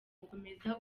gukomeza